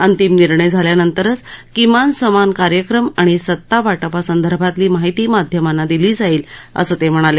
अंतिम निर्णय झाल्यानंतरच किमान समान कार्यक्रम आणि सतावाटपासंदर्भातली माहिती माध्यमांना दिली जाईल असं ते म्हणाले